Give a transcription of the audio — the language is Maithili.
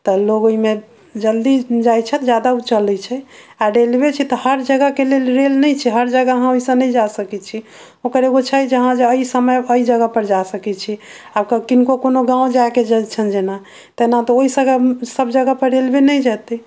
तऽ लोग ओहिमे जल्दी जाइ छथि ज्यादा ओ चलै छै आ रेलवे छै तऽ हर जगहके लेल रेल नहि छै हर जगह अहाँ ओहिसँ नहि जा सकै छी ओकर एगो छै जे अहाँ एहि समय एहि जगहपर जा सकै छी आ किनको कोनो गाँव जायके छनि जेना तेना ओहिसभ सभजगहपर रेलवे नहि जेतै